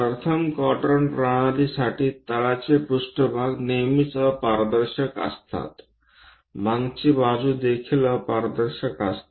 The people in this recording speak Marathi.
प्रथम क्वाड्रंट प्रणालीसाठी तळाचे पृष्ठभाग नेहमीच अपारदर्शक असते मागची बाजू देखील अपारदर्शक असते